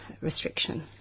restriction